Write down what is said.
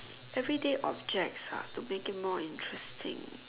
everyday objects ah to make it more interesting